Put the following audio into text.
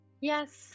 Yes